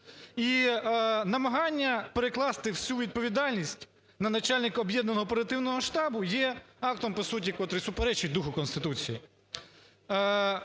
і намагання перекласти всю відповідальність на начальника об'єднання оперативного штабу є актом по суті, котрий суперечить духу Конституції.